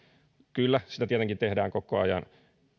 kyllä niitä tietenkin tehdään koko ajan